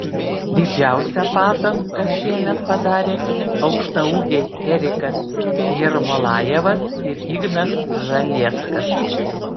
didžiausią pažangą šiemet padarė aukštaūgiai erikas jermolajevas ir ignas zalieckas